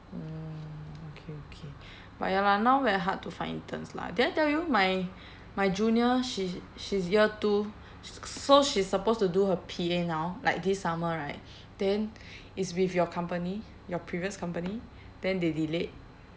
mm okay okay but ya lah now very hard to find interns lah did I tell you my my junior she she's year two sh~ so she's suupposed to do her P_A now like this summer right then it's with your company your previous company then they delayed